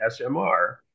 SMR